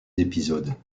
épisodes